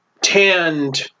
tanned